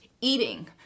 eating